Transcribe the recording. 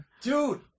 Dude